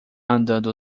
andando